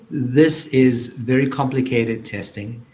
this is very complicated testing,